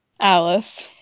Alice